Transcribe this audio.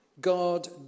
God